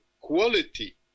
quality